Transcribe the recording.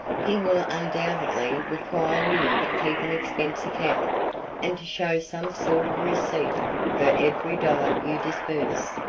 he will undoubtedly require you to keep an expense account and to show some sort of receipt for every dollar you disburse.